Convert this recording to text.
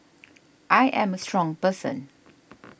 I am a strong person